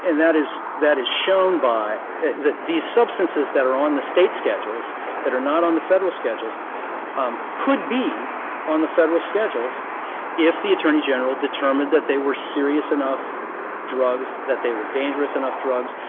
and that is that is shown by these substances that are on the state schedules that are not on the federal schedules um could be on the federal schedules if the attorney general determined that they were serious enough drugs, that they were dangerous enough drugs.